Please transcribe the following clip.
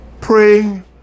praying